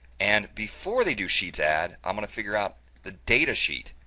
and before they do sheets add, i'm going to figure out the datasheet